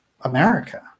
America